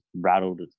rattled